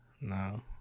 No